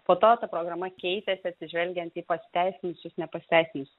po to ta programa keitėsi atsižvelgiant į pasiteisinusius nepasiteisinus